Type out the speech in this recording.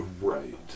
Right